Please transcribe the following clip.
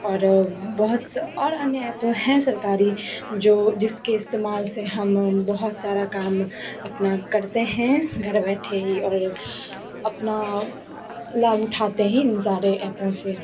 और बहुत और अन्य ऐप हैं सरकारी जो जिसके इस्तेमाल से हम बहुत सारा काम अपना करते हैं घर बैठे ही और अपना लाभ उठाते ही इन सारे ऐपों से